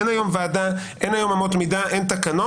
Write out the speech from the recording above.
אין היום ועדה, אין היום אמות מידה, אין תקנות.